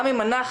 גם אם אנחנו,